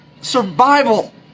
survival